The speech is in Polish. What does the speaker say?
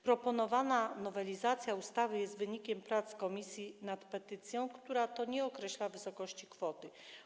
Proponowana nowelizacja ustawy jest wynikiem prac komisji nad petycją, która nie określa wysokości kwoty.